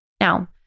Now